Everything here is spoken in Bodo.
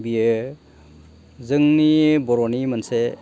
बियो जोंनि बर'नि मोनसे